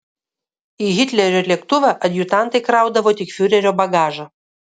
į hitlerio lėktuvą adjutantai kraudavo tik fiurerio bagažą